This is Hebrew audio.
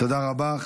תודה רבה.